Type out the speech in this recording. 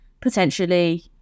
potentially